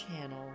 channel